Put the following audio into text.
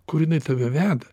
kur jinai tave veda